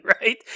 right